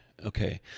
okay